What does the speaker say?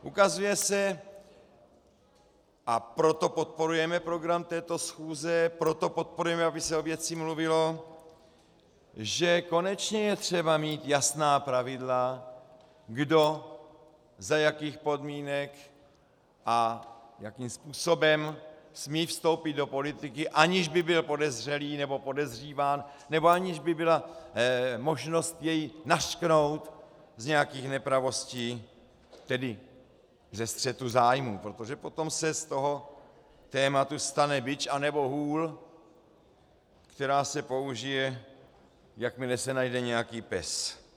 Ukazuje se, a proto podporujeme program této schůze, proto podporujeme, aby se o věci mluvilo, že konečně je třeba mít jasná pravidla, kdo, za jakých podmínek a jakým způsobem smí vstoupit do politiky, aniž by byl podezřelý nebo podezříván nebo aniž by byla možnost jej nařknout z nějakých nepravostí, tedy ze střetu zájmů, protože potom se z toho tématu stane bič anebo hůl, která se použije, jakmile se najde nějaký pes.